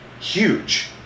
huge